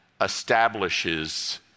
establishes